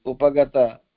Upagata